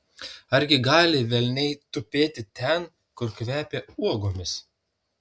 argi gali velniai tupėti ten kur kvepia uogomis